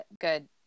good